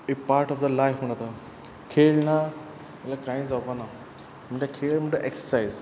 A part of the life म्हुणो जाता खेळ णा जाल्या कांय जावपा ना म्हुणट खेळ म्हुणट एक्ससायज